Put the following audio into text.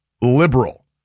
liberal